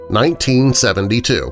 1972